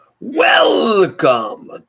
Welcome